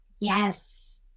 yes